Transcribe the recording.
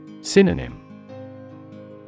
Synonym